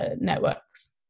networks